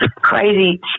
crazy